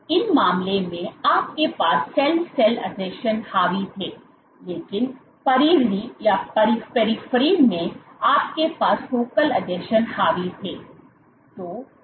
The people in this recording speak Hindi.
इन मामलों में आपके पास सेल सेल आसंजन हावी थे लेकिन परिधि में आपके पास फोकल आसंजन हावी थे